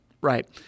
Right